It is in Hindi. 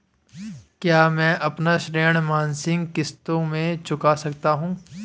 क्या मैं अपना ऋण मासिक किश्तों में चुका सकता हूँ?